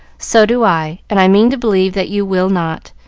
so do i and i mean to believe that you will not.